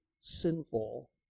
sinful